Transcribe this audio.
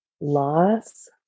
loss